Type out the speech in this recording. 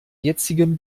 jetzigen